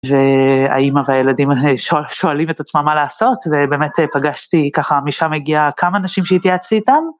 והאימא והילדים שואלים את עצמם מה לעשות, ובאמת פגשתי ככה, משם הגיעה כמה אנשים שהתייעצתי איתם.